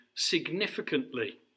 significantly